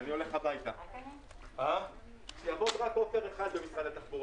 לא אהבתי בכלל את תגובת משרד הבריאות.